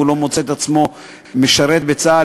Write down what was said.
אם הוא לא מוצא את עצמו משרת בצה"ל,